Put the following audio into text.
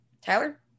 Tyler